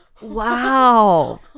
Wow